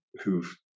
who've